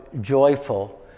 joyful